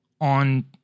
on